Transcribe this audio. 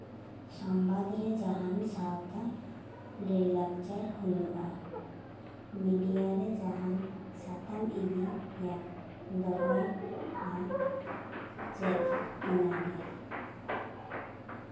ᱥᱚᱢᱵᱟᱫ ᱨᱮ ᱡᱟᱦᱟᱱ ᱥᱟᱶᱛᱟ ᱞᱟᱹᱭᱼᱞᱟᱠᱪᱟᱨ ᱦᱩᱭᱩᱜᱼᱟ ᱢᱤᱰᱤᱭᱟ ᱨᱮ ᱡᱟᱦᱟᱱ ᱥᱟᱛᱟᱢ ᱤᱫᱤᱭᱟ ᱫᱚᱦᱚᱭᱼᱭᱟ ᱪᱮᱫ ᱚᱱᱟ ᱜᱮ